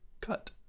cut